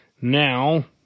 Now